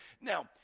Now